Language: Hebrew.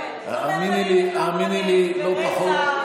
לא כאלה,